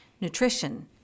Nutrition